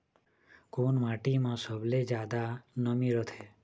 कोन माटी म सबले जादा नमी रथे?